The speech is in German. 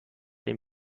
dem